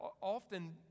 often